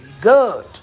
Good